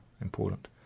important